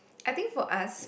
I think for us